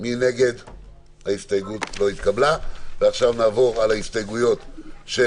לתיקון התוספת, במקום המילים: 'שר המשפטים והשר